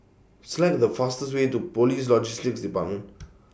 Select The fastest Way to Police Logistics department